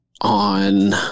on